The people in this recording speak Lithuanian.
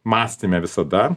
mąstyme visada